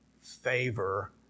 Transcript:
favor